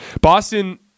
Boston